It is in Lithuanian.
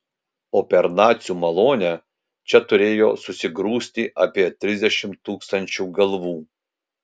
o per nacių malonę čia turėjo susigrūsti apie trisdešimt tūkstančių galvų